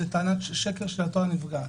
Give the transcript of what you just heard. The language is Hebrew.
זו טענת שקר של הנפגעת.